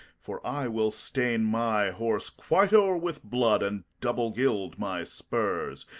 for i will stain my horse quite o'er with blood, and double gild my spurs,